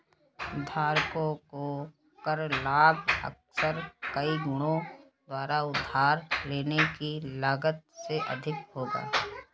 धारकों को कर लाभ अक्सर कई गुणकों द्वारा उधार लेने की लागत से अधिक होगा